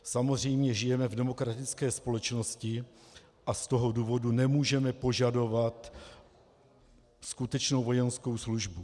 Samozřejmě žijeme v demokratické společnosti a z toho důvodu nemůžeme požadovat skutečnou vojenskou službu.